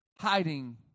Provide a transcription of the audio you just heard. hiding